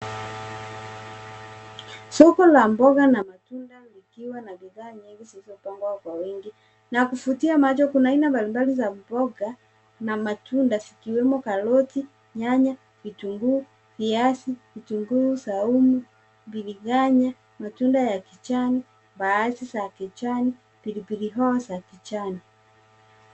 Soko la mboga na matunda likiwa na bidhaa nyingi zilizopangwa kwa wingi na kuvutia macho. Kuna aina mbalimbali za mboga na matunda zikiwemo karoti, nyanya, vitunguu, viazi, vitunguu saumu, biringanya, matunda ya kijani, mbaazi za kijani, pilipili hoho za kijani.